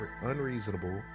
unreasonable